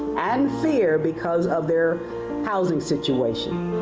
and fear because of their housing situation.